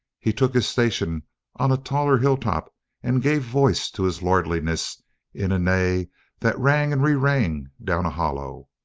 he took his station on a taller hilltop and gave voice to his lordliness in a neigh that rang and re-rang down a hollow.